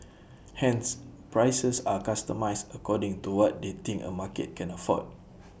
hence prices are customised according to what they think A market can afford